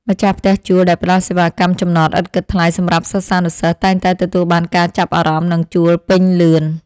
ម្ចាស់ផ្ទះជួលដែលផ្តល់សេវាកម្មចំណតឥតគិតថ្លៃសម្រាប់សិស្សានុសិស្សតែងតែទទួលបានការចាប់អារម្មណ៍និងជួលពេញលឿន។